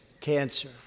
cancer